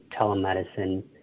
telemedicine